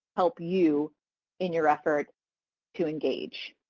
help you in your effort to engage.